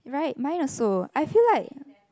right mine also I feel like